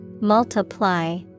Multiply